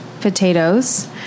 potatoes